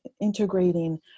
integrating